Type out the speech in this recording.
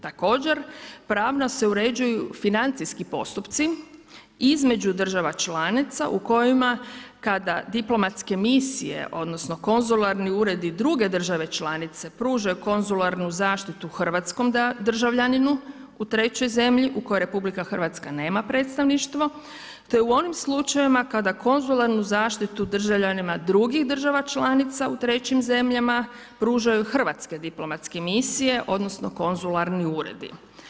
Također, pravno se uređuju financijski postupci između država članica u kojima kada diplomatske misije odnosno konzularni uredi druge države članice pružaju konzularnu zaštitu hrvatskom državljaninu u trećoj zemlji u kojoj RH nema predstavništvo te u onim slučajevima kada konzularnu zaštitu državljanima drugih država članica u trećim zemljama pružaju hrvatske diplomatske misije odnosno konzularni uredi.